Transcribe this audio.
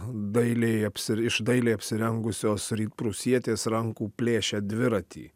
dailiai apsi iš dailiai apsirengusios rytprūsietės rankų plėšia dviratį